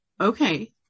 Okay